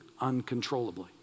uncontrollably